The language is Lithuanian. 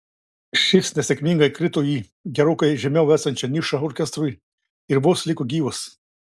šis nesėkmingai krito į gerokai žemiau esančią nišą orkestrui ir vos liko gyvas